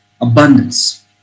abundance